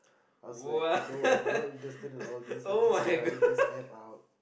I was like no I'm not interested in all these I'm just trying this App out